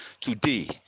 today